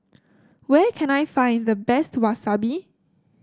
where can I find the best Wasabi